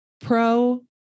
pro